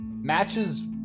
matches